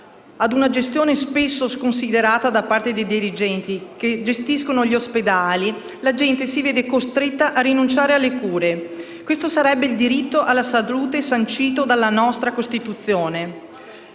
a una gestione spesso sconsiderata da parte dei dirigenti che gestiscono gli ospedali, la gente si vede costretta a rinunciare alle cure? Questo sarebbe il diritto alla salute sancito dalla nostra Costituzione?